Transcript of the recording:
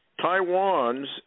Taiwan's